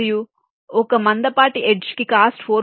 మరియు ఒక మందపాటి ఎడ్జ్ కి కాస్ట్ 4